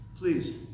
Please